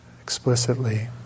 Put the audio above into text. explicitly